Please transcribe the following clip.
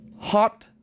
hot